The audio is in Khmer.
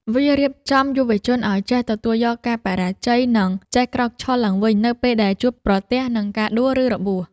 វារៀបចំយុវជនឱ្យចេះទទួលយកការបរាជ័យ និងចេះក្រោកឈរឡើងវិញនៅពេលដែលជួបប្រទះនឹងការដួល ឬរបួស។